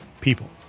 people